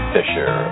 Fisher